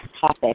topic